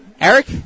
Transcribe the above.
Eric